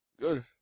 Good